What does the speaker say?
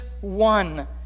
one